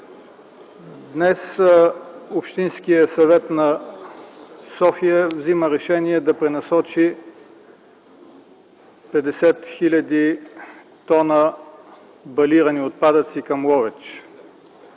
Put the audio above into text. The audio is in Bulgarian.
Днес Общинският съвет на София взема решение да пренасочи 50 хил. т балирани отпадъци към Ловеч.